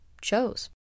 chose